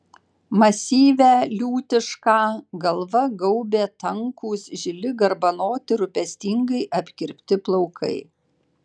masyvią liūtišką galva gaubė tankūs žili garbanoti rūpestingai apkirpti plaukai